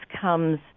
comes